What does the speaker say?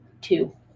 two